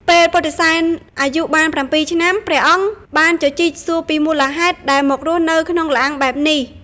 ពេលពុទ្ធិសែនអាយុបាន៧ឆ្នាំ ព្រះអង្គបានជជីកសួរពីមូលហេតុដែលមករស់នៅក្នុងល្អាងបែបនេះ។